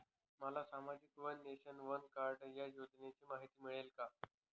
मला सामाजिक one nation, one card या योजनेची माहिती मिळेल का?